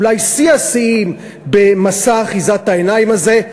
אולי שיא השיאים במסע אחיזת העיניים הזה,